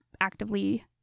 actively